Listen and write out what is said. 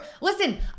listen